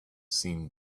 seemed